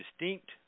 distinct